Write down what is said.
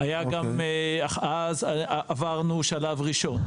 אז עברנו שלב ראשון.